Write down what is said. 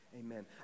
amen